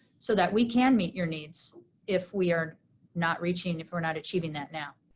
so that we can meet your needs if we are not reaching, if we're not achieving that now.